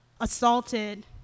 assaulted